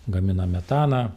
gamina metaną